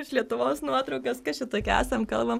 iš lietuvos nuotraukas kas čia tokie esam kalbam